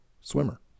swimmer